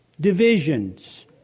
divisions